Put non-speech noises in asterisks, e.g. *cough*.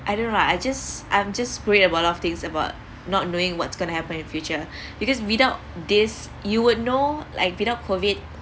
I don't know I just I'm just worried about all of things about not knowing what's going to happen in future *breath* because without this you would know like without COVID